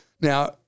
Now